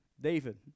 David